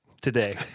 today